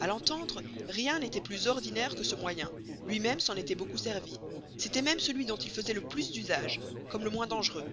a l'entendre rien n'était plus ordinaire que ce moyen lui-même s'en était beaucoup servi c'était même celui dont il faisait le plus d'usage comme le moins dangereux